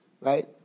right